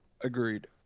Agreed